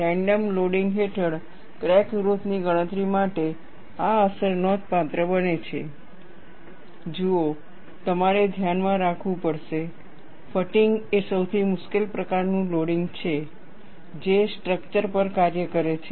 random loading હેઠળ crack growth ની ગણતરી માટે આ અસર નોંધપાત્ર બને છે જુઓ તમારે ધ્યાનમાં રાખવું પડશે ફટીગ એ સૌથી મુશ્કેલ પ્રકારનું લોડિંગ છે જે સ્ટ્રક્ચર પર કાર્ય કરે છે